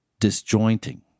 disjointing